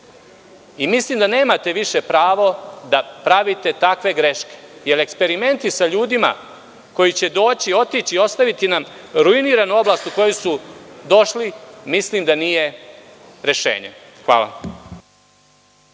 loše. Mislim da nemate više pravo da pravite takve greške, jer eksperimenti sa ljudima koji će doći i otići i ostaviti nam ruiniran oblast u koju su došli mislim da nije rešenje. Hvala.